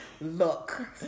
look